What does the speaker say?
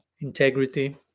integrity